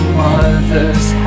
mother's